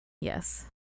Yes